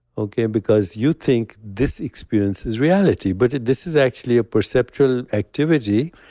okay? because you think this experience is reality, but this is actually a perceptual activity,